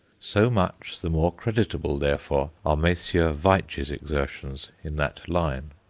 so much the more creditable, therefore, are messrs. veitch's exertions in that line.